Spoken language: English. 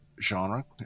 genre